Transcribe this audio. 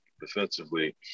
defensively